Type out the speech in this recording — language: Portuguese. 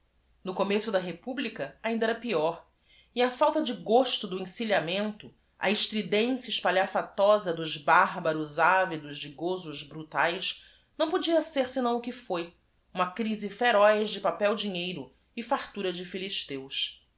o começo da epublica ainda era peior e a falta de gosto do nsilhamento a estridencia espalhafatosa dos bárbaros ávidos de gosos brutaes não podia ser senão o que f o i uma crise feroz de papel dinheiro e fartura de